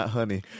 Honey